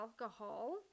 alcohol